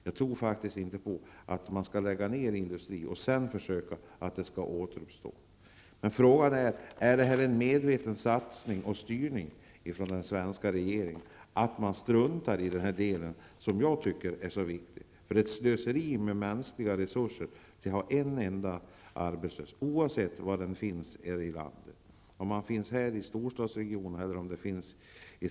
Jag tror inte på idén att först lägga ned industrier och därefter försöka få dem att återuppstå. Frågan är om detta är en medveten satsning och styrning från regeringen. Man tycks strunta i dessa problem, som jag tycker är så angelägna att lösa. Det är slöseri med mänskliga resurser att ha arbetslösa oavsett var i landet de bor -- i storstadsregioner eller i inlandet.